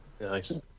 Nice